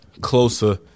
closer